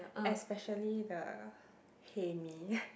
especially the hae mee